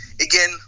Again